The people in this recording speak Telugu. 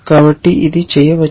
కాబట్టి ఇది చేయవచ్చు